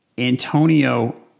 Antonio